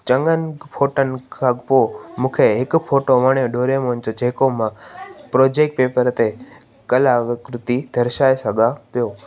चङनि फोटनि खां पोइ मूंखे हिकु फोटो वणियो डोरेमोन जो जेको मां प्रोजेक्ट पेपर ते कला व कृती दर्शाए सघां पियो